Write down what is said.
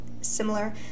similar